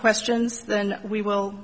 questions then we will